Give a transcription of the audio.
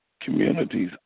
communities